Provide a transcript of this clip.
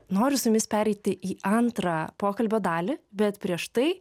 noriu su jumis pereiti į antrą pokalbio dalį bet prieš tai